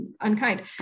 unkind